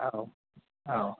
औ औ